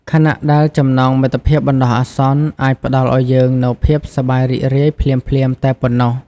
ខណៈដែលចំណងមិត្តភាពបណ្ដោះអាសន្នអាចផ្តល់ឲ្យយើងនូវភាពសប្បាយរីករាយភ្លាមៗតែប៉ុណ្ណោះ។